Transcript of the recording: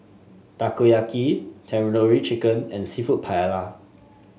Takoyaki Tandoori Chicken and seafood Paella